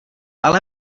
ale